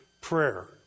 prayer